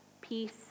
peace